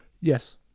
Yes